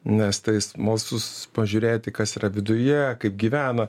nes tai smalsus pažiūrėti kas yra viduje kaip gyvena